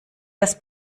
das